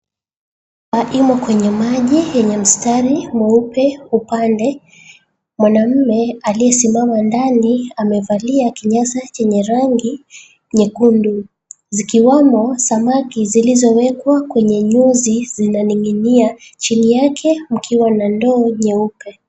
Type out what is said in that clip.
Imo kwenye maji yenye mstari mweupe upande. Mwanamume aliyesimama ndani amevalia kinyasa chenye rangi nyekundu. Zikiwamo samaki zilizowekwa kwenye nyuzi zinaning'inia chini yake mkiwa na ndoa nyeupe.